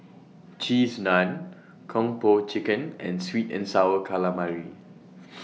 Cheese Naan Kung Po Chicken and Sweet and Sour Calamari